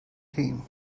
team